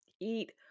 eat